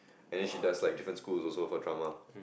and then she does like different schools also for drama